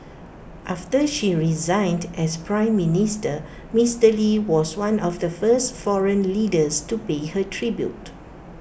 after she resigned as Prime Minister Mister lee was one of the first foreign leaders to pay her tribute